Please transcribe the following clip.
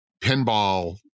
pinball